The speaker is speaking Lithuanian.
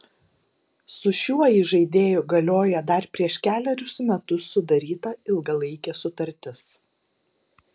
su šiuo įžaidėju galioja dar prieš kelerius metus sudaryta ilgalaikė sutartis